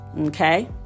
okay